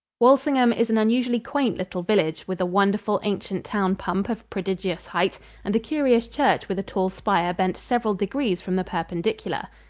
walsingham is an unusually quaint little village, with a wonderful, ancient town pump of prodigious height and a curious church with a tall spire bent several degrees from the perpendicular.